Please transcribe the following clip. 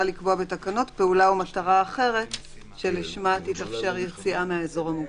לקבוע בתקנות פעולה או מטרה אחרת שלשמה תתאפשר יציאה מהאזור המוגבל.